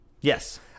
Yes